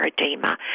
edema